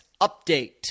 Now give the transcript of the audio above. update